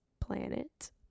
planet